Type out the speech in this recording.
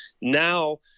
Now